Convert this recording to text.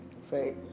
Say